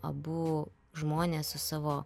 abu žmonės su savo